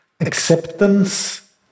acceptance